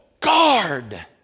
guard